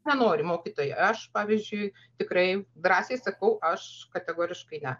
nenori mokytojai aš pavyzdžiui tikrai drąsiai sakau aš kategoriškai ne